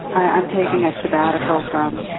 i'm taking a sabbatical from,